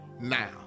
now